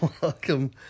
Welcome